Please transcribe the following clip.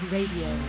Radio